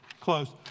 close